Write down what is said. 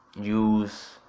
use